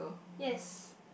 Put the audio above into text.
yes